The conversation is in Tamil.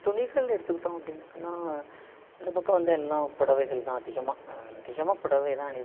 துணிகள் எடுத்துக்கிட்டோம் அப்டினு சொன்னால் இந்த பக்கம் வந்து எல்லாம் புடவைகள் தான் அதிகமாக அதிகமாக புடவை தான் அணிவாங்க